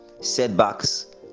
setbacks